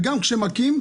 וגם כשמכים,